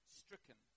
stricken